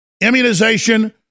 Immunization